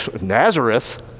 Nazareth